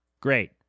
Great